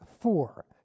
four